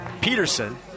Peterson